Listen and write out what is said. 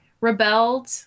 rebelled